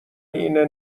اینه